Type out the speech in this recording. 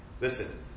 Listen